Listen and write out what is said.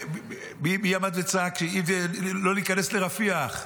מי עמד וצעק: לא להיכנס לרפיח,